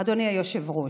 אדוני היושב-ראש.